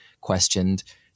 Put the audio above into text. Questioned